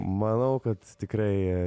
manau kad tikrai